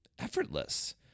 effortless